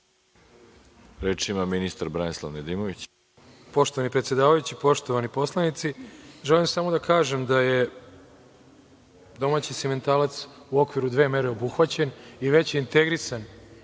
Reč ima ministar, Branislav Nedimović.